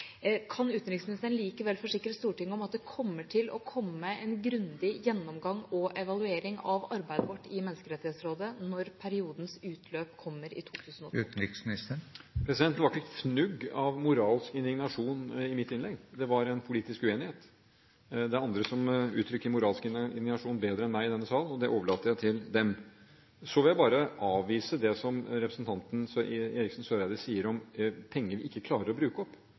Menneskerettighetsrådet ved periodens utløp i 2012? Det var ikke et fnugg av moralsk indignasjon i mitt innlegg. Det var en politisk uenighet. Det er andre som uttrykker moralsk indignasjon bedre enn meg i denne sal, og det overlater jeg til dem. Så vil jeg bare avvise det som representanten Eriksen Søreide sier om penger vi ikke klarer å bruke opp.